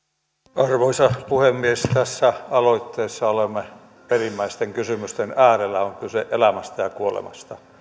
arvoisa puhemies tässä aloitteessa olemme perimmäisten kysymysten äärellä on kyse elämästä ja kuolemasta